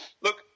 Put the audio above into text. Look